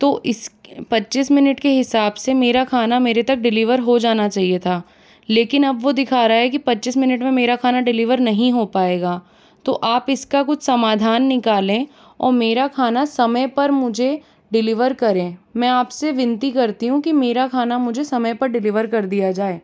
तो इस पच्चीस मिनट के हिसाब से मेरा खाना मेरे तक डिलीवर हो जाना चहिए था लेकिन अब वह दिखा रहा है कि पच्चीस मिनट में मेरा खाना डिलीवर नहीं हो पाएगा तो आप इसका कुछ समाधान निकालें और मेरा खाना समय पर मुझे डिलीवर करें मैं आपसे विनती करती हूँ कि मेरा खाना मुझे समय पर डिलीवर कर दिया जाए